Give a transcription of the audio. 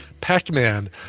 Pac-Man